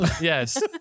Yes